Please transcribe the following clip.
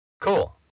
cool